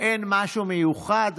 אין משהו מיוחד,